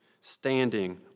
standing